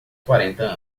quarenta